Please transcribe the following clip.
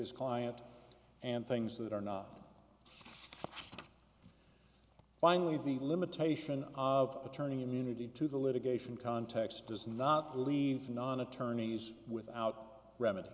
his client and things that are not finally the limitation of attorney immunity to the litigation context does not leave non attorneys without remedy